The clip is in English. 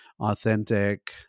authentic